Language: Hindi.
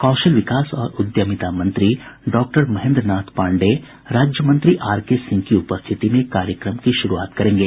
कौशल विकास और उद्यमिता मंत्री डॉक्टर महेन्द्रनाथ पांडेय राज्य मंत्री आर के सिंह की उपस्थिति में कार्यक्रम की शुरूआत करेंगे